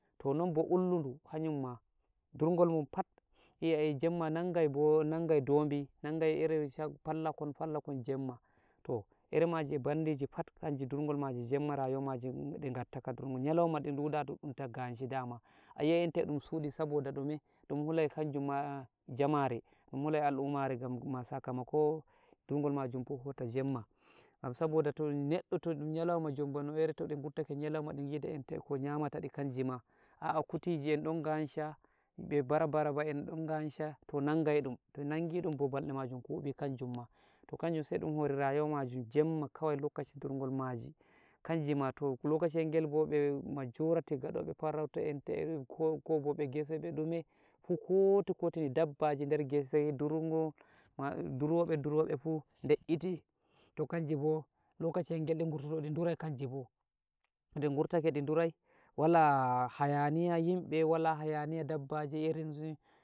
To non bo ulnudu hanyumma, durngol mun pat e-jemma nangai bo nangai dobi nangai iri shag- fallakon-fallakon jemma. To iri maji e bandiji pat hanji durgol maji jemma rayuwa maji di gatta ka durgol, nyalouma ɗi ɗuɗa ɗuɗɗuunta ganshi dama ayi'ai enta e ɗun suɗi saboda ɗume? ɗun hulai kanjumma jamare ɗun hulai al'ummare ganma sakamako durgol majun fufuta jemma gam saboda to neɗɗo to ɗun nyalouma jon bano iri to dun guratake nyalauma di gidai enta ko nyamatadi kanjima. A'a kutiji en ɗon gansha, be bar-barba'en ɗon gansha to nangai ɗum, to nangi ɗun bo balɗe majum kuɓi kanjunma, to kanjun sai ɗun hori rayuwa majum jemma kawai lokaci durgol maji, kanjima to lokaci yel gelbo majority gaɗoɓe farauta entae ko-kobo ɓe gese be dume fu koti-kotini dabbaji der geso durno duroɓe-duroɓe fu de'iiti to kanjibo lokaciyel gel ɗi gurtoto ɗi durai kanjibo to ɗi gurtake ɗi durai wala hayaniya yimbe wala hayaniya dabbaji irin